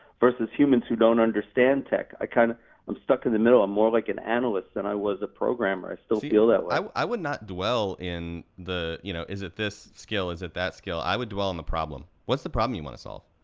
versus humans who don't understand tech. i'm kind of stuck in the middle, i'm more of like an analyst than i was a programmer, i still feel that way. i would not dwell in the, you know, is it this skill, is it that skill, i would dwell on the problem. what's the problem you want to solve?